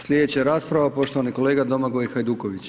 Sljedeća rasprava poštovani kolega Domagoj Hajduković.